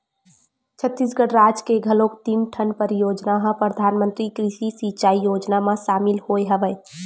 छत्तीसगढ़ राज के घलोक तीन ठन परियोजना ह परधानमंतरी कृषि सिंचई योजना म सामिल होय हवय